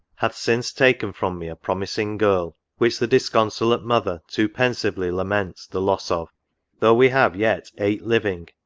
hath since taken from me a promising girl, which the disconsolate mother too pensively laments the loss of though we have yet eight living,